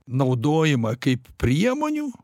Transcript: naudojimą kaip priemonių